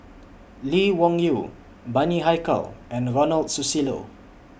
Lee Wung Yew Bani Haykal and Ronald Susilo